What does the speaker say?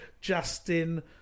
Justin